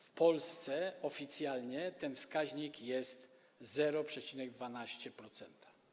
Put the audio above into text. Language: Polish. W Polsce oficjalnie ten wskaźnik to 0,12%.